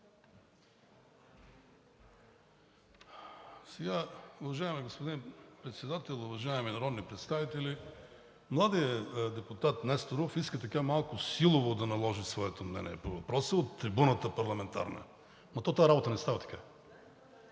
Уважаеми господин Председател, уважаеми народни представители! Младият депутат Несторов иска малко силово да наложи своето мнение по въпроса от парламентарната трибуна. Ама то тази работа не става така!